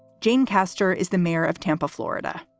jane castor is the mayor of tampa, florida